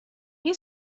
این